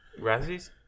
Razzies